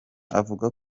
avuga